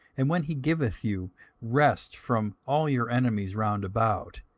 and when he giveth you rest from all your enemies round about,